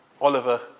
Oliver